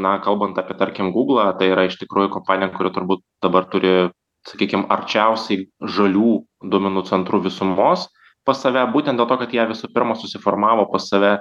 na kalbant apie tarkim guglą tai yra iš tikrųjų kompanija kuri turbūt dabar turi sakykim arčiausiai žalių duomenų centrų visumos pas save būtent dėl to kad jie visų pirma susiformavo pas save